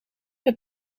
met